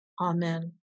Amen